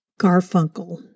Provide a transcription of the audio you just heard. Garfunkel